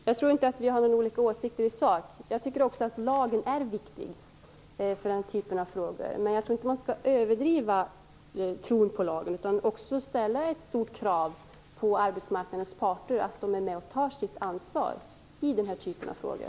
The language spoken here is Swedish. Fru talman! Jag tror inte att vi har olika åsikter i sak. Jag tycker också att lagen är viktig för denna typ av frågor, men jag tror inte att man skall överdriva tron på lagen. Man bör också ställa stora krav på arbetsmarknadens parter att vara med och ta sitt ansvar i den här typen av frågor.